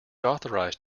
authorised